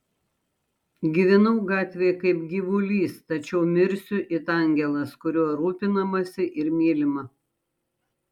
gyvenau gatvėje kaip gyvulys tačiau mirsiu it angelas kuriuo rūpinamasi ir mylima